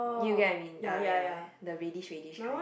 you get what I mean ah ya the reddish reddish kind